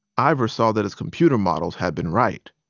ivor saw that his computer models had been right.